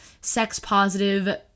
sex-positive